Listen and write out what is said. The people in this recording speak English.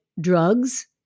Drugs